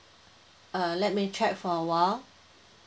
err let me check for awhile